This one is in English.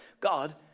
God